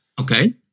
Okay